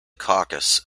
caucasus